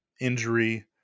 injury